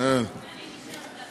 שלוש והצבעה.